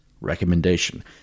recommendation